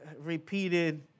repeated